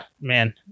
man